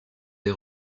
des